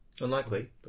Unlikely